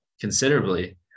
considerably